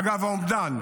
אגב, האומדן,